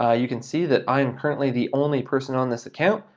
ah you can see that i am currently the only person on this account.